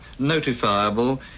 notifiable